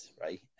right